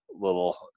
little